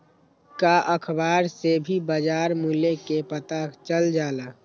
का अखबार से भी बजार मूल्य के पता चल जाला?